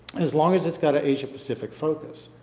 as long as it's got an asia pacific focus.